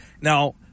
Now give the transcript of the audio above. Now